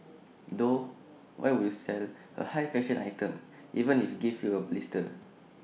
though why would you sell A high fashion item even if IT gives you blisters